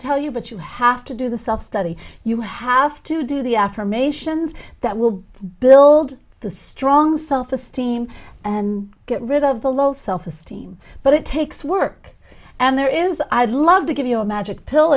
tell you but you have to do the self study you have to do the affirmations that will build the strong self esteem and get rid of the low self esteem but it takes work and there is i'd love to give you a magic pill